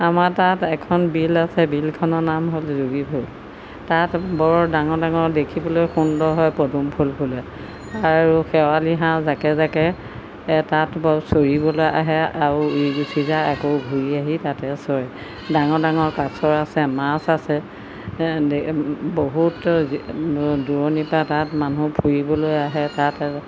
আমাৰ তাত এখন বিল আছে বিলখনৰ নাম হ'ল যোগীবিল তাত বৰ ডাঙৰ ডাঙৰ দেখিবলৈ সুন্দৰ হয় পদুম ফুল ফুলে আৰু শেৱালি হাঁহ জাকে জাকে এটাত বাৰু চৰিবলৈ আহে আৰু উৰি গুচি যায় আকৌ ঘূৰি আহি তাতে চৰে ডাঙৰ ডাঙৰ কাছ আছে মাছ আছে দেই বহুত দূৰণিৰপৰা তাত মানুহ ফুৰিবলৈ আহে তাত